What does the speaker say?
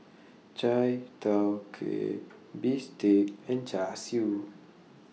Chai Tow Kway Bistake and Char Siu